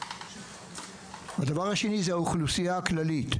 הדבר השני זה האוכלוסייה הכללית,